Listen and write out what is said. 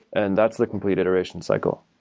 and that's the complete iteration cycle.